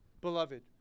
beloved